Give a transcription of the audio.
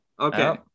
Okay